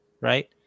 right